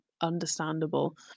understandable